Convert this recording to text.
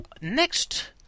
Next